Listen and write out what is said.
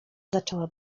zaczęła